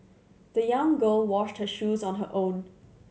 the young girl washed her shoes on her own